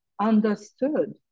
understood